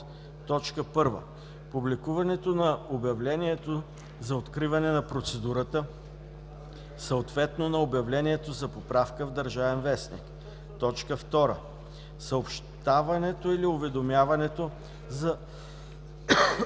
от: 1. публикуването на обявлението за откриване на процедурата, съответно на обявлението за поправка в „Държавен вестник“; 2. съобщаването или уведомяването за